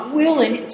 willing